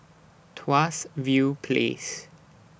Tuas View Place